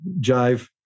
jive